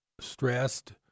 stressed